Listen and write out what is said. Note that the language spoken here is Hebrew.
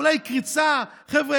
אולי קריצה: חבר'ה,